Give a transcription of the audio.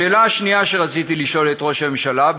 השאלה השנייה שרציתי לשאול את ראש הממשלה,